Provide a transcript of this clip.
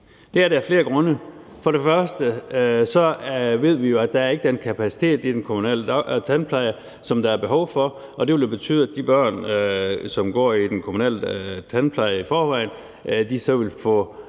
Det er det af flere grunde: Først og fremmest ved vi, at der ikke er den kapacitet i den kommunale tandpleje, som der er behov for, og det vil jo betyde, at de børn, som er tilknyttet den kommunale tandpleje i forvejen, vil få